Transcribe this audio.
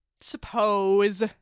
suppose